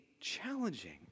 challenging